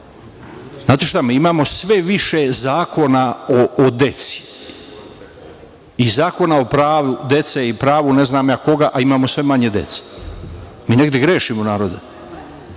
napred. Mi imao sve više zakona o deci i zakona o pravu dece i pravu ne znam ja koga, a imamo sve manje dece. Mi negde grešimo, narode.